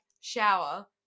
shower